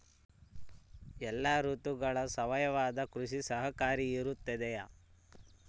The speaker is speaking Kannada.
ಎಲ್ಲ ಋತುಗಳಲ್ಲಿ ಸಾವಯವ ಕೃಷಿ ಸಹಕಾರಿಯಾಗಿರುತ್ತದೆಯೇ?